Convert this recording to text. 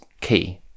key